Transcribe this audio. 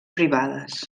privades